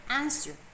answer